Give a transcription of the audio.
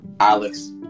Alex